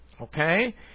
Okay